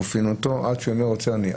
כופין אותו עד שאומר רוצה אני?